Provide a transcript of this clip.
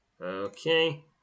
Okay